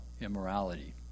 immorality